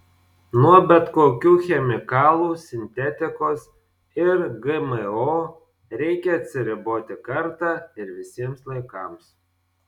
nuo bet kokių chemikalų sintetikos ir gmo reikia atsiriboti kartą ir visiems laikams